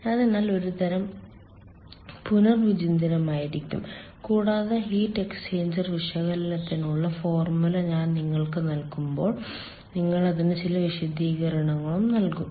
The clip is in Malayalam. അതിനാൽ അത് ഒരുതരം പുനർവിചിന്തനമായിരിക്കും കൂടാതെ ഹീറ്റ് എക്സ്ചേഞ്ചർ വിശകലനത്തിനുള്ള ഫോർമുല ഞാൻ നിങ്ങൾക്ക് നൽകുമ്പോൾ ഞങ്ങൾ അതിന് ചില വിശദീകരണങ്ങളും നൽകും